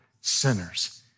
sinners